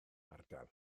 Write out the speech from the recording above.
ardal